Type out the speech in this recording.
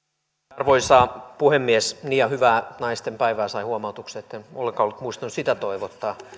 arvoisa puhemies ja hyvää naistenpäivää sain huomautuksen etten ollenkaan ollut muistanut sitä toivottaa